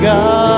God